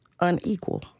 unequal